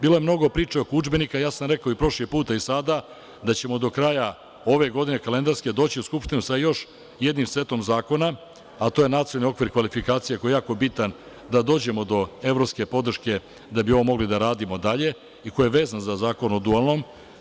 Bilo je mnogo priče oko udžbenika, rekao sam i prošli put a i sada da ćemo do kraja ove kalendarske godine doći u Skupštinu sa još jednim setom zakona, a to je nacionalni okvir kvalifikacija, koji je jako bitan da dođemo do evropske podrške da bi ovo mogli da radimo dalje i koji je vezan za Zakon o dualnom.